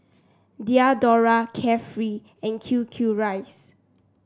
Diadora Carefree and Q Q rice